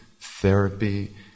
Therapy